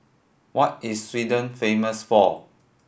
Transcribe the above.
what is Sweden famous for